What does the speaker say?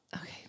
Okay